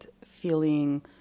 feeling